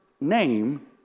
name